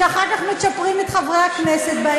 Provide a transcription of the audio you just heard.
שאחר כך מצ'פרים את חברי הכנסת.